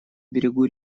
берегу